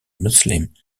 muslims